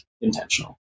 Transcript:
intentional